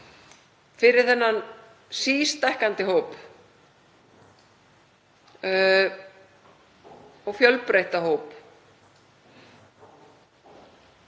fyrir þennan sístækkandi og fjölbreytta hóp.